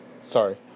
Sorry